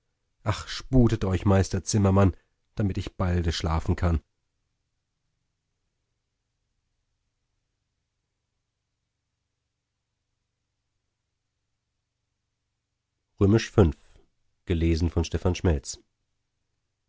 ach sputet euch meister zimmermann damit ich balde schlafen kann